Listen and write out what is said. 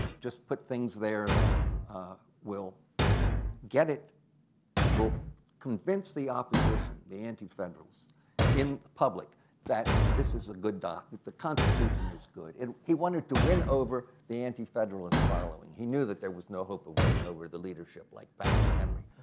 just put things there that will get it will convince the opposition, the anti-federals in public that this is a good ah that the constitution is good. and he wanted to win over the anti-federalist following. he knew there was no hope of winning over the leadership like patrick henry.